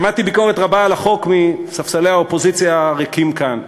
שמעתי ביקורת רבה על החוק מספסלי האופוזיציה הריקים כאן.